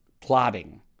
plotting